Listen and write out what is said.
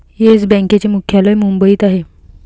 yes बँकेचे मुख्यालय मुंबईत आहे